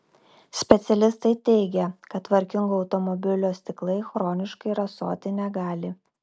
specialistai teigia kad tvarkingo automobilio stiklai chroniškai rasoti negali